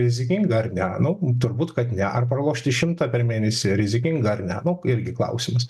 rizikinga ar ne nu turbūt kad ne ar pralošti šimtą per mėnesį rizikinga ar ne nu irgi klausimas